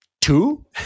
two